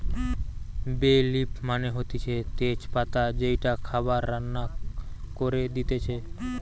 বে লিফ মানে হতিছে তেজ পাতা যেইটা খাবার রান্না করে দিতেছে